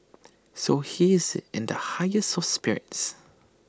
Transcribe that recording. so he is in the highest of spirits